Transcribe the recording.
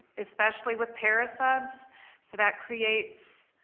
especially with pair subs so that creates